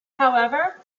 however